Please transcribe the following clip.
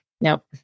Nope